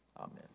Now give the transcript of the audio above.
Amen